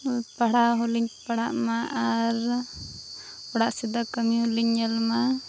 ᱯᱟᱲᱦᱟᱣ ᱦᱚᱸᱞᱤᱧ ᱯᱟᱲᱦᱟᱜ ᱢᱟ ᱟᱨ ᱚᱲᱟᱜᱥᱮᱫ ᱫᱚ ᱠᱟᱹᱢᱤ ᱦᱚᱸᱞᱤᱧ ᱧᱮᱞᱢᱟ